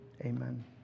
Amen